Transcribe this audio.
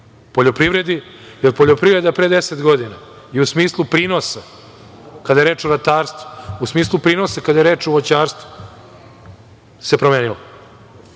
poljoprivredi, jer se poljoprivreda pre 10 godina, u smislu prinosa kada je reč o ratarstvu, u smislu prinosa kada je reč o voćarstvu, promenila.